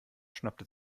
schnappte